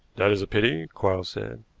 that is a pity, quarles said,